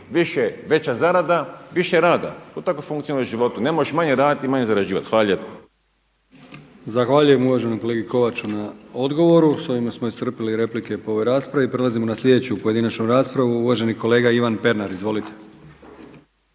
veća zarada, više rada, to tako funkcionira u životu. Ne možeš manje raditi i manje zarađivati. Hvala lijepa. **Brkić, Milijan (HDZ)** Zahvaljujem uvaženom kolegi Kovaču na odgovoru. S ovime smo iscrpili replike po ovoj raspravi. Prelazimo na slijedeću pojedinačnu raspravu. Uvaženi kolega Ivan Pernar. Izvolite!